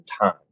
time